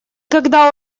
когда